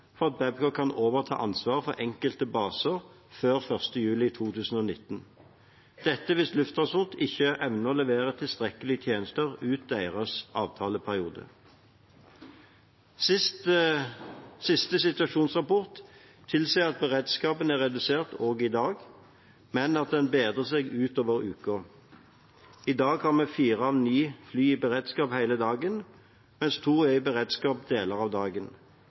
for at Babcock kan overta ansvaret for enkelte baser før l. juli 2019 – dette hvis Lufttransport ikke evner å levere tilstrekkelige tjenester ut deres avtaleperiode. Siste situasjonsrapport tilsier at beredskapen er redusert også i dag, men at den bedrer seg utover i uka. I dag er fire av ni fly i beredskap hele dagen, mens to er i beredskap deler av dagen.